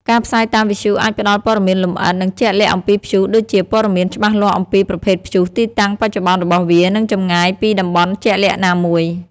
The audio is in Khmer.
ការផ្សាយតាមវិទ្យុអាចផ្តល់ព័ត៌មានលម្អិត និងជាក់លាក់អំពីព្យុះដូចជាព័ត៌មានច្បាស់លាស់អំពីប្រភេទព្យុះទីតាំងបច្ចុប្បន្នរបស់វា និងចម្ងាយពីតំបន់ជាក់លាក់ណាមួយ។